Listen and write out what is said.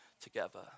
together